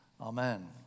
Amen